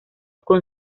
con